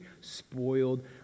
spoiled